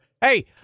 Hey